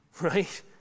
Right